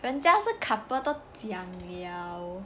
人家是 couple 都讲了